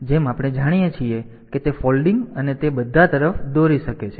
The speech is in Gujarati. તેથી જેમ આપણે જાણીએ છીએ કે તે ફોલ્ડિંગ અને તે બધા તરફ દોરી શકે છે